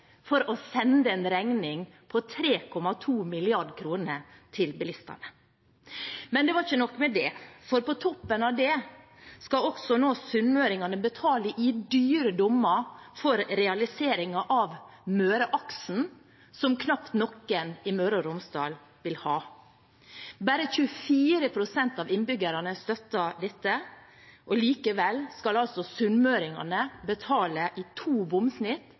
for å sende en regning på 3,2 mrd. kr til bilistene. Men det var ikke nok med det. På toppen av det skal sunnmøringene nå også betale i dyre dommer for realiseringen av Møreaksen, som knapt noen i Møre og Romsdal vil ha. Bare 24 pst. av innbyggerne støtter dette, og likevel skal altså sunnmøringene betale 45 kr i to bomsnitt